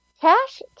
Cash